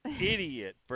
idiot